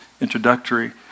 introductory